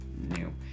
new